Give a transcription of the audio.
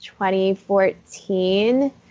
2014